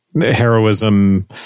heroism